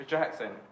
Jackson